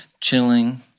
chilling